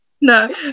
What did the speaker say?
No